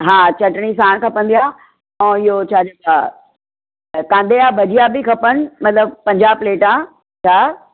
हा चटिणी साणु खपंदी आहे इहो छा चइबो आहे कांधे जा भजिया बि खपनि मतिलबु पंजाहु प्लेटां